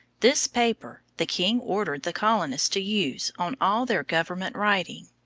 this paper the king ordered the colonists to use on all their government writing.